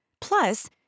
Plus